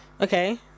okay